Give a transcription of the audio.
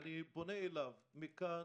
ואני פונה אליו מכאן